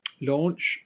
launch